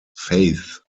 faith